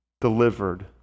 delivered